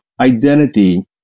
identity